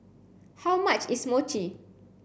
how much is Mochi